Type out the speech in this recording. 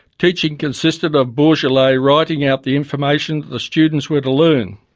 teaching consisted of bourgelat writing out the information the students were to learn.